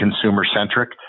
consumer-centric